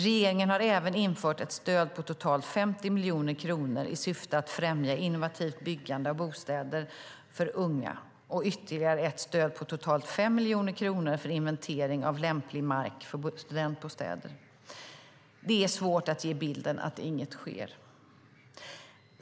Regeringen har även infört ett stöd på totalt 50 miljoner kronor i syfte att främja innovativt byggande av bostäder för unga och ytterligare ett stöd på totalt 5 miljoner kronor för inventering av lämplig mark för studentbostäder. Det är svårt att ge bilden av att inget sker.